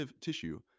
tissue